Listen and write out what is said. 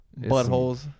buttholes